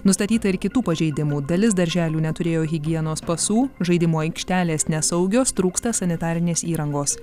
nustatyta ir kitų pažeidimų dalis darželių neturėjo higienos pasų žaidimų aikštelės nesaugios trūksta sanitarinės įrangos